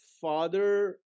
father